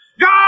God